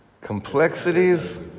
Complexities